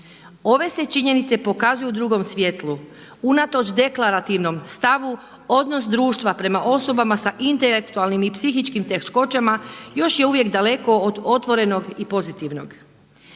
ove se činjenice pokazuju u drugom svjetlu. Unatoč deklarativnom stavu odnos društva prema osobama s intelektualnim i psihičkim teškoćama još je uvijek daleko od otvorenog i pozitivnog.